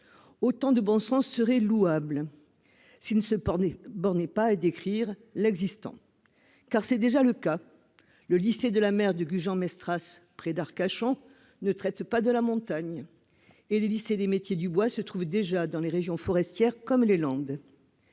Autant de bon sens serait louable s'il ne se bornait pas à décrire l'existant ... En effet, le lycée des métiers de la mer et de l'espace de Gujan-Mestras, près d'Arcachon, ne traite pas de la montagne et les lycées des métiers du bois se trouvent déjà dans des régions forestières, comme les Landes.